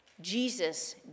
Jesus